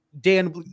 Dan